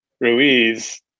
Ruiz